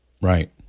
Right